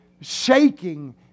shaking